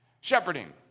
Shepherding